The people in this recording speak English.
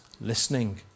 listening